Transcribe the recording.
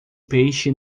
peixe